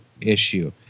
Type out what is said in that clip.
issue